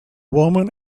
woman